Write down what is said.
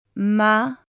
ma